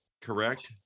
Correct